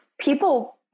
people